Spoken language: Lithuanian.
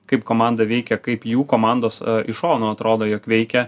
kaip komanda veikia kaip jų komandos iš šono atrodo jog veikia